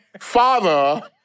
Father